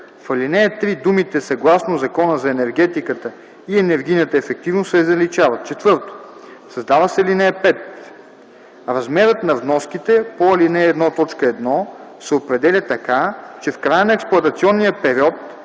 В ал. 3 думите „съгласно Закона за енергетиката и енергийната ефективност” се заличават. 4. Създава се ал. 5: „(5) Размерът на вноските по ал. 1, т. 1 се определя така, че в края на експлоатационния период